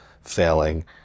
failing